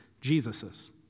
Jesus's